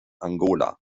angola